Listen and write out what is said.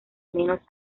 menos